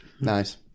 Nice